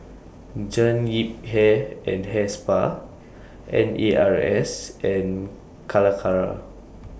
Jean Yip Hair and Hair Spa N A R S and Calacara